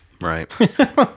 Right